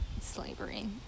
slavery